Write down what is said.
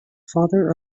father